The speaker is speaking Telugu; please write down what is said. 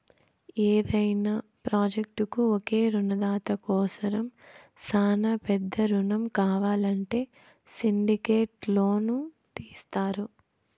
యాదైన ప్రాజెక్టుకు ఒకే రునదాత కోసరం శానా పెద్ద రునం కావాలంటే సిండికేట్ లోను తీస్తారు